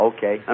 Okay